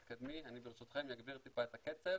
אני ברשותכם אגביר את הקצב.